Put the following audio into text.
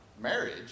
marriage